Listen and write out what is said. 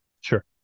Sure